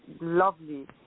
lovely